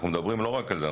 אנחנו מדברים לא רק על זה,